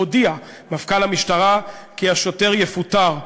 הודיע מפכ"ל המשטרה כי השוטר יפוטר,